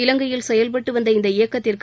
இலங்கையில் செயல்பட்டு வந்த இந்த இயக்கத்துக்கு